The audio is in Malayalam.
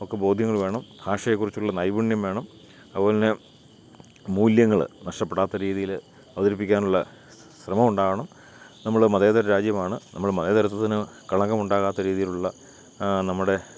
ഒക്കെ ബോധ്യങ്ങൾ വേണം ഭാഷയെക്കുറിച്ചുള്ള നൈപുണ്യം വേണം അതുപോലെത്തന്നെ മൂല്യങ്ങൾ നഷ്ടപ്പെടാത്ത രീതിയിൽ അവതരിപ്പിക്കാനുള്ള ശ്രമം ഉണ്ടാവണം നമ്മൾ മതേതരരാജ്യമാണ് നമ്മൾ മതേതരത്വ ത്തിന് കളങ്കം ഉണ്ടാക്കാത്ത രീതിയിലുള്ള നമ്മുടെ